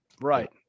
Right